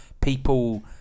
people